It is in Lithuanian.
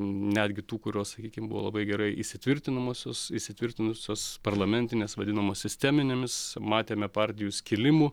netgi tų kurios sakykim buvo labai gerai įsitvirtinamosios įsitvirtinusios parlamentinės vadinamos sisteminėmis matėme partijų skilimų